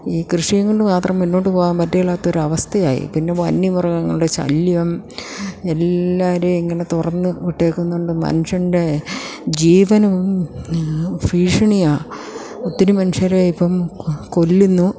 ഈ കൃഷിയെ കൊണ്ട് മാത്രം മുന്നോട്ടു പോകാൻ പറ്റുകേലാത്ത ഒരു അവസ്ഥയായി പിന്നെ വന്യമൃഗങ്ങളുടെ ശല്യം എല്ലാവരേയും ഇങ്ങനെ തുറന്ന് വിട്ടേക്കുന്നത് കൊണ്ട് മൻഷ്യൻ്റെ ജീവനും ഭീഷണിയാണ് ഒത്തിരി മനുഷ്യരെ ഇപ്പം കൊല്ലുന്നു